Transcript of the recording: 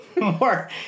more